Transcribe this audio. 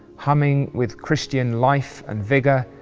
humming with christian life and vigour,